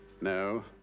No